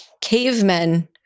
cavemen